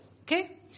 Okay